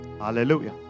Hallelujah